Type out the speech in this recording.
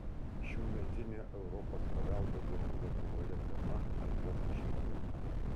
šiųmetinė europos paveldo dienų lietuvoje tema epochų ženklai